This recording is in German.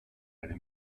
eine